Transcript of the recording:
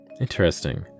Interesting